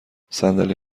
صندلی